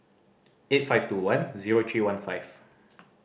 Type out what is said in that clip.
eight five two one zero three one five